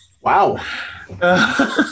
Wow